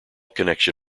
connection